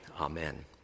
Amen